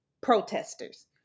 protesters